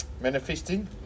manifesting